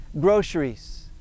groceries